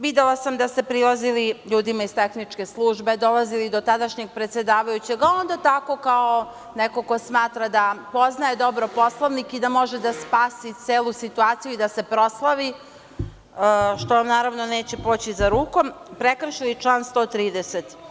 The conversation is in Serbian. Videla sam da ste prilazili ljudima iz tehničke službe, dolazili do tadašnjeg predsedavajućeg, a onda tako kao neko ko smatra da poznaje dobro Poslovnik i da može da spasi celu situaciju i da se proslavi, što vam naravno neće poći za rukom, prekršili član 130.